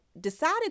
decided